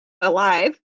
alive